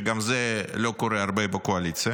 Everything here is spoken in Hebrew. שגם זה לא קורה הרבה בקואליציה,